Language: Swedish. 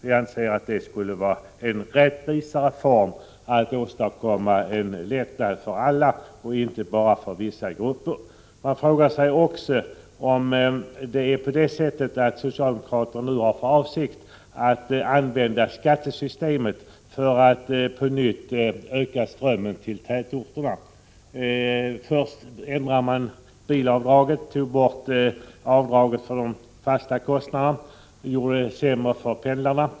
Vi anser att det skulle vara en rättvisare form för att åstadkomma lättnader för alla och inte bara för vissa grupper. Man frågar sig också om socialdemokraterna nu har för avsikt att använda skattesystemet för att på nytt öka strömmen till tätorterna. Först ändrade man bilavdraget — tog bort avdraget för fasta kostnader och försämrade för pendlarna.